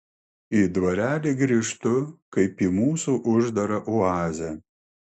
į dvarelį grįžtu kaip į mūsų uždarą oazę